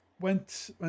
went